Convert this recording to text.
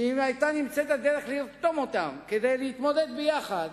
שאם היתה נמצאת הדרך לרתום אותם כדי להתמודד ביחד,